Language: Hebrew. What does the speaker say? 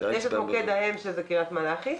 יש את מוקד האם שהוא בקריית מלאכי.